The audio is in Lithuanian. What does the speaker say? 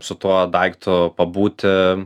su tuo daiktu pabūti